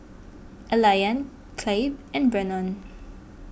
Elian Clabe and Brennon